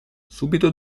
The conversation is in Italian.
subito